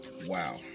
Wow